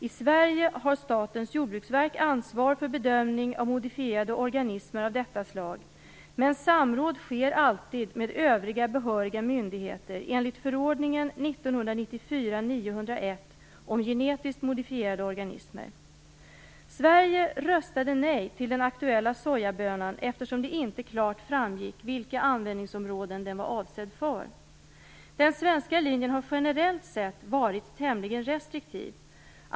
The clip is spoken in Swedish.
I Sverige har Statens jordbruksverk ansvar för bedömning av modifierade organismer av detta slag, men samråd sker alltid med övriga behöriga myndigheter enligt förordningen 1994:901 om genetiskt modifierade organismer. Sverige röstade nej till den aktuella sojabönan, eftersom det inte klart framgick vilka användningsområden den var avsedd för. Den svenska linjen har generellt sett varit tämligen restriktiv.